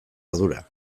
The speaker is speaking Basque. ardura